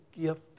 gift